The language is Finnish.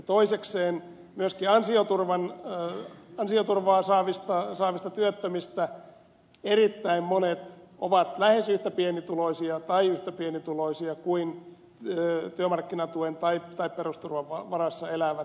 toisekseen myöskin ansioturvaa saavista työttömistä erittäin monet ovat lähes yhtä pienituloisia tai yhtä pienituloisia kuin työmarkkinatuen tai perusturvan varassa elävät